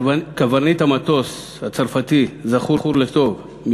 קברניט המטוס הצרפתי הזכור לטוב,